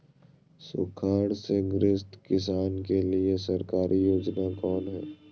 सुखाड़ से ग्रसित किसान के लिए सरकारी योजना कौन हय?